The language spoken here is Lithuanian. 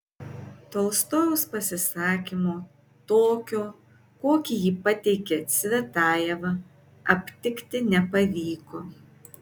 tolstojaus pasisakymo tokio kokį jį pateikė cvetajeva aptikti nepavyko